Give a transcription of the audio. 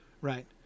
right